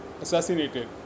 assassinated